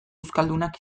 euskaldunak